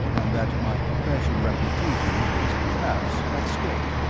and that my professional reputation is perhaps at stake.